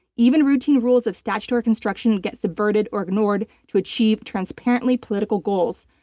even routine rules of statutory construction get subverted or ignored to achieve transparently political goals.